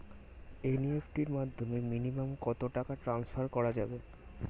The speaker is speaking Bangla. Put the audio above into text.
এন.ই.এফ.টি এর মাধ্যমে মিনিমাম কত টাকা টান্সফার করা যাবে?